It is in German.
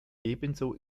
ebenso